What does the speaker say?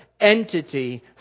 entity